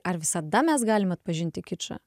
ar visada mes galim atpažinti kičą